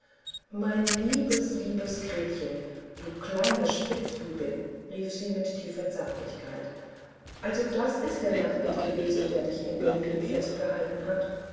mein liebes liebes gretchen du kleine spitzbübin rief sie mit tiefer zärtlichkeit also das ist der magnet gewesen der dich in berlin festgehalten hat